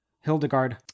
Hildegard